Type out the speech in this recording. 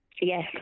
Yes